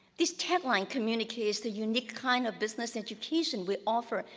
this tagline communicates the unique kind of business education we offer,